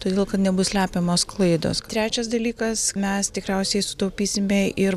todėl kad nebus slepiamos klaidos trečias dalykas mes tikriausiai sutaupysime ir